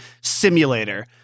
simulator